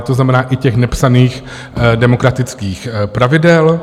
To znamená, i těch nepsaných demokratických pravidel.